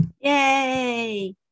Yay